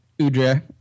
Udre